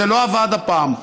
זה לא עבד הפעם.